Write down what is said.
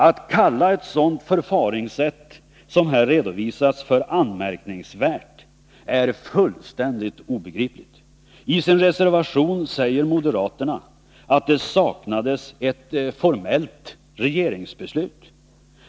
Att kalla ett sådant förfaringssätt som här redovisats för anmärkningsvärt är fullständigt obegripligt. I sin reservation säger moderaterna att det saknades ett formellt regeringsbeslut.